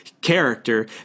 character